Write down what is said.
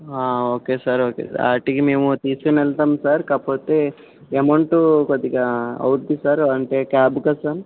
okay sir okay వాటికి మేము తీసుకుని వెళ్తాము సార్ కాకపోతే అమౌంట్ కొద్దిగా అవుతుంది సార్ అంటే క్యాబ్ కదా సార్